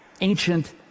ancient